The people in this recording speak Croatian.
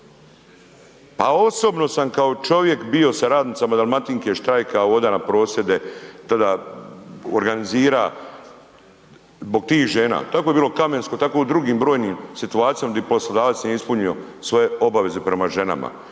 A osobno sam kao čovjek bio sa radnicama „Dalmatinke“, štrajka, oda na prosvjede tada organizira zbog tih žena, tako je bilo u „Kamensko“ tako je u drugim brojnim situacijama gdje poslodavac nije ispunio svoje obaveze prema ženama.